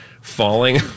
falling